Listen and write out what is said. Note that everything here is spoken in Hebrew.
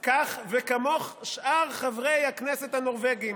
כך, וכמוך שאר חברי הכנסת הנורבגים.